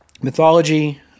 Mythology